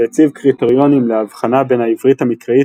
שהציב קריטריונים להבחנה בין העברית המקראית